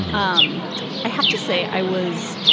um i have to say, i was,